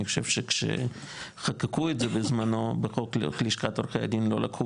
אני חושב שחקקו את זה בזמנו בחוק לשכת עורכי הדין לא לקחו